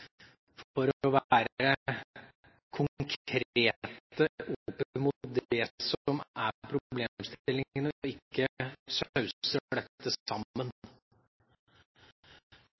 for å være konkrete opp mot det som er problemstillingen, og for ikke å sause dette sammen.